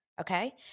Okay